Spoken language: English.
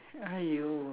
!aiyo!